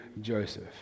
Joseph